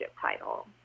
title